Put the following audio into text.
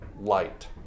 light